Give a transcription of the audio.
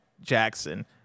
Jackson